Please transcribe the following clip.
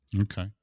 okay